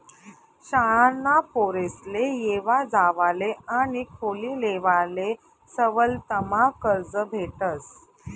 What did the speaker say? शाळाना पोरेसले येवा जावाले आणि खोली लेवाले सवलतमा कर्ज भेटस